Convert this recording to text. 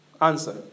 answer